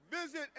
Visit